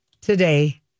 Today